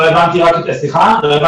לא הבנתי את השאלה.